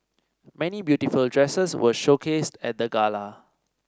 many beautiful dresses were showcased at the gala